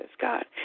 God